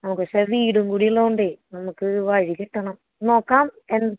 നമുക്ക് പക്ഷേ വീടും കൂടിയുള്ളോണ്ടേ നമുക്ക് വഴി കിട്ടണം നോക്കാം എൻ